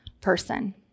person